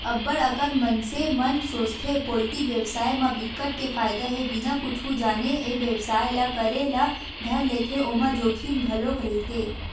अब्ब्ड़ अकन मनसे मन सोचथे पोल्टी बेवसाय म बिकट के फायदा हे बिना कुछु जाने ए बेवसाय ल करे ल धर लेथे ओमा जोखिम घलोक रहिथे